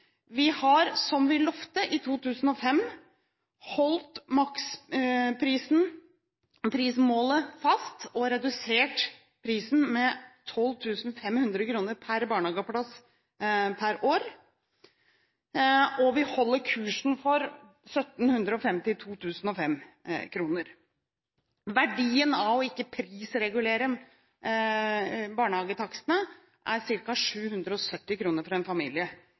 Vi har som vi lovet i 2005, holdt maksprisen – prismålet – fast og redusert prisen med 12 500 kr per barnehageplass per år, og vi holder kursen mot 1 750 2005-kroner. Verdien av ikke å prisregulere barnehagetakstene er ca. 770 kr for en familie